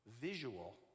visual